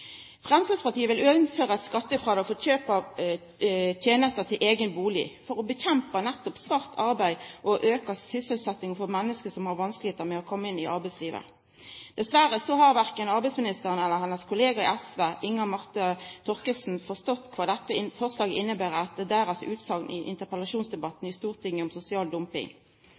Fremskrittspartiet vil også innføre et skattefradrag for kjøp av tjenester til egen bolig, for å bekjempe nettopp svart arbeid og øke sysselsettingen for mennesker som har vanskeligheter med å komme inn i arbeidslivet. Dessverre har verken arbeidsministeren eller SVs representant, Inga Marte Thorkildsen, forstått hva dette forslaget innebærer, etter deres utsagn i interpellasjonsdebatten i Stortinget om sosial dumping.